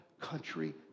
country